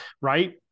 right